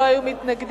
לא היו מתנגדים,